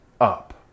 up